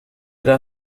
era